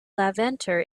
levanter